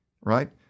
right